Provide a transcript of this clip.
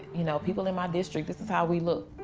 you know, people in my district, this is how we look.